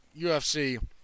UFC